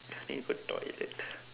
need go toilet